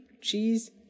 cheese